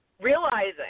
realizing